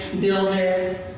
builder